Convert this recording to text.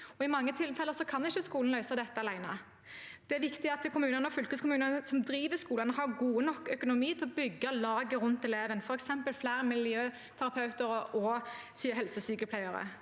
I mange tilfeller kan ikke skolen løse dette alene. Det er viktig at kommunene og fylkeskommunene, som driver skolene, har god nok økonomi til å bygge laget rundt eleven, f.eks. ved flere miljøterapeuter og helsesykepleiere.